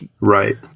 right